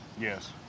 yes